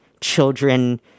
children